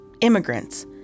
immigrants